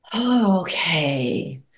Okay